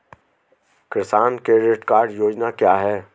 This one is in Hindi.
किसान क्रेडिट कार्ड योजना क्या है?